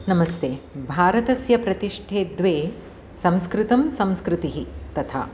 नमस्ते भारतस्य प्रतिष्ठे द्वे संस्कृतं संस्कृतिः तथा